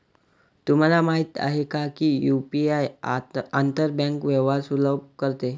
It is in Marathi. तुम्हाला माहित आहे का की यु.पी.आई आंतर बँक व्यवहार सुलभ करते?